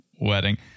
wedding